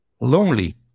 lonely